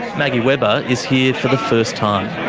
maggie webber is here for the first time.